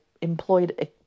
employed